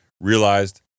Realized